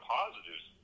positives